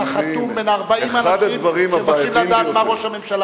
אתה חתום בין 40 האנשים שמבקשים לדעת מה ראש הממשלה,